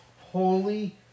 holy